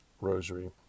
rosary